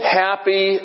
happy